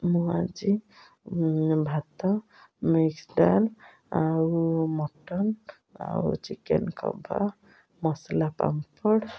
ମୁଁ ଆଜି ଭାତ ମିକ୍ସ ଡାଲ ଆଉ ମଟନ ଆଉ ଚିକେନ କବାବ୍ ମସଲା ପାମ୍ପଡ଼